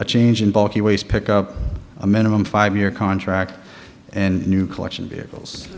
a change in bulky ways pick up a minimum five year contract and new collection vehicles